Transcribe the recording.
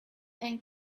and